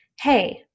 hey